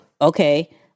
okay